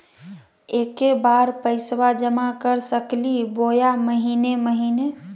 एके बार पैस्बा जमा कर सकली बोया महीने महीने?